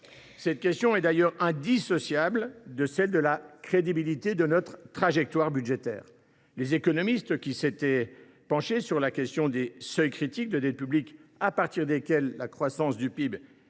Cette question est indissociable de celle de la crédibilité de notre trajectoire budgétaire. Les économistes qui s’étaient penchés sur la question des seuils critiques de dette publique à partir desquels la croissance du PIB et la